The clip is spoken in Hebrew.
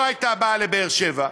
לא הייתה באה לבאר-שבע,